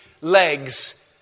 legs